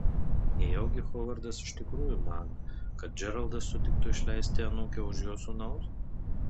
nejaugi hovardas iš tikrųjų mano kad džeraldas sutiktų išleisti anūkę už jo sūnaus